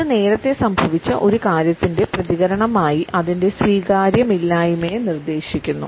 ഇത് നേരത്തെ സംഭവിച്ച ഒരു കാര്യത്തിന്റെ പ്രതികരണമായി അതിൻറെ സ്വീകാര്യം ഇല്ലായ്മയെ നിർദ്ദേശിക്കുന്നു